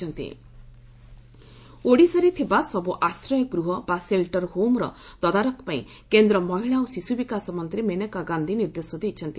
Maneka shelter home ଓଡିଶାରେ ଥିବା ସବୁ ଆଶ୍ରୟ ଗୃହ ବା ସେଲଟର ହୋମର ତଦାରଖ ପାଇଁ କେନ୍ଦ୍ର ମହିଳା ଓ ଶିଶୁବିକାଶ ମନ୍ତ୍ରୀ ମେନକା ଗାନ୍ଧୀ ନିର୍ଦ୍ଦେଶ ଦେଇଛନ୍ତି